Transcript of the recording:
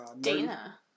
Dana